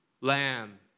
lamb